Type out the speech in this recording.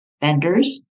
vendors